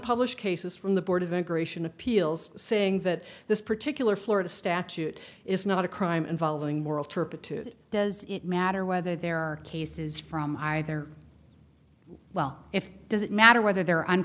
unpublished cases from the board of immigration appeals saying that this particular florida statute is not a crime involving moral turpitude does it matter whether there are cases from either well if it doesn't matter whether they're